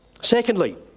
secondly